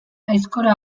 aizkora